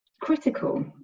critical